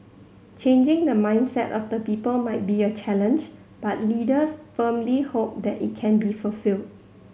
changing the mindset of the people might be a challenge but leaders firmly hope that it can be fulfilled